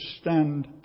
stand